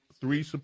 three